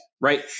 right